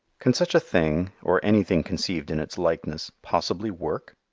can such a thing, or anything conceived in its likeness, possibly work?